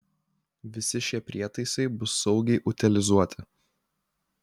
visi šie prietaisai bus saugiai utilizuoti